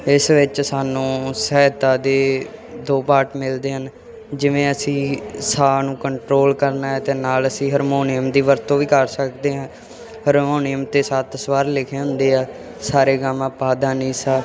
ਇਸ ਵਿੱਚ ਸਾਨੂੰ ਸਹਾਇਤਾ ਦੇ ਦੋ ਪਾਰਟ ਮਿਲਦੇ ਹਨ ਜਿਵੇਂ ਅਸੀਂ ਸਾਹ ਨੂੰ ਕੰਟਰੋਲ ਕਰਨਾ ਅਤੇ ਨਾਲ ਅਸੀਂ ਹਰਮੋਨੀਅਮ ਦੀ ਵਰਤੋਂ ਵੀ ਕਰ ਸਕਦੇ ਹਾਂ ਹਰਮੋਨੀਅਮ 'ਤੇ ਸੱਤ ਸਵਰ ਲਿਖੇ ਹੁੰਦੇ ਆ ਸਾ ਰੇ ਗਾ ਮਾ ਪਾ ਧਾ ਨੀ ਸਾ